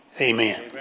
Amen